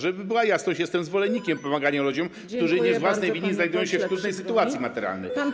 Żeby była jasność, jestem zwolennikiem pomagania ludziom, którzy nie z własnej winy znajdują się w trudnej sytuacji materialnej.